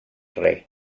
rey